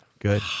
Good